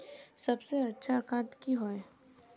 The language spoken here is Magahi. सबसे अच्छा खाद की होय?